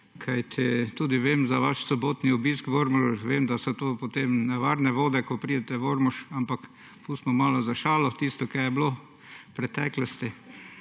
ste. Vem za vaš sobotni obisk v Ormožu. Vem, da so tu potem nevarne vode, ko pridete v Ormož, ampak pustimo malo za šalo tisto, kar je bilo v preteklosti.